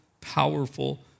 powerful